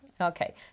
Okay